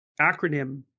acronym